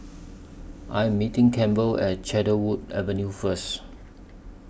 I Am meeting Campbell At Cedarwood Avenue First